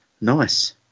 Nice